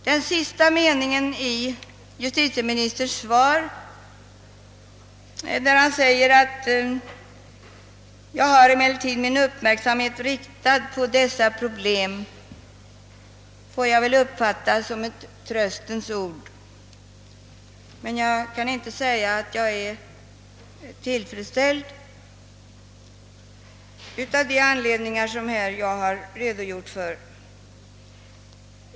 Den sista meningen i justitieministerns svar: »Jag har emellertid min uppmärksamhet riktad på dessa problem», får jag väl uppfatta som ett tröstens ord, men jag kan inte säga att jag är tillfredsställd — av de anledningar som jag här redogjort för.